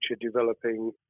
developing